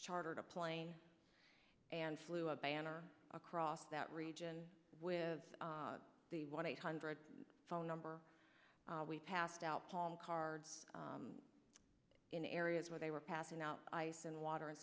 chartered a plane and flew a banner across that region with the one eight hundred phone number we passed out called cards in areas where they were passing out ice and water and